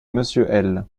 monsieur